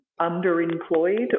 underemployed